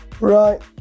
Right